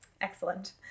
Excellent